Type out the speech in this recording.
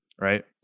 Right